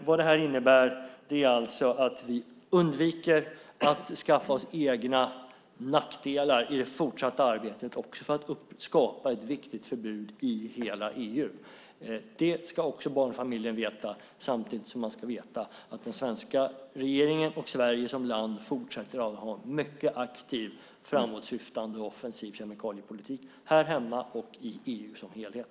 Vad det här innebär är alltså att vi undviker att skaffa oss egna nackdelar i det fortsatta arbetet och skapar ett viktigt förbud i hela EU. Det ska också barnfamiljen veta, samtidigt som man ska veta att den svenska regeringen och Sverige som land fortsätter att ha en mycket aktiv, framåtsyftande och offensiv kemikaliepolitik här hemma och i EU som helhet.